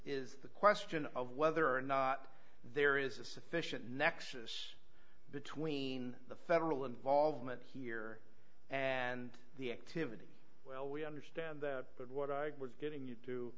is the question of whether or not there is a sufficient nexus between the federal involvement here and the activities well we understand that but what i was getting you to